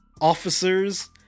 officers